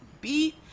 beat